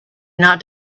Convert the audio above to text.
not